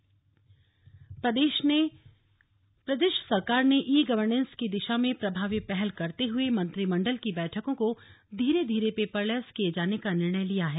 paperless मंत्रिमंडल प्रदेश सरकार ने ई गवर्नेस की दिशा में प्रभावी पहल करते हुए मंत्रिमण्डल की बैठकों को धीरे धीरे पेपरलेस किये जाने का निर्णय लिया है